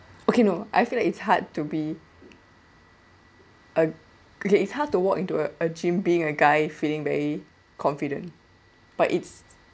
okay no I feel like it's hard to be uh okay it's hard to walk into uh a gym being a guy feeling very confident but it's